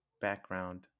background